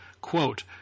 quote